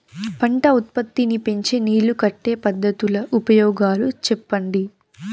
పంట ఉత్పత్తి నీ పెంచే నీళ్లు కట్టే పద్ధతుల ఉపయోగాలు చెప్పండి?